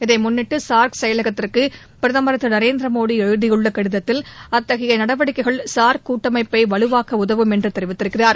இதை முன்னிட்டு சார்க் செயலகத்திற்கு பிரதமர் திரு நரேந்திர மோடி எழுதியுள்ள கடிதத்தில் அத்தகைய நடவடிக்கைகள் சார்க் கூட்டமைப்பை வலுவாக்க உதவும் என்று கூறியிருக்கிறார்